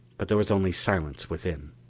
but there was only silence within.